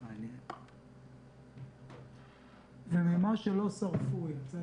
זבנג וגמרנו, ולוקח זמן עד שאתה